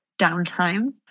downtime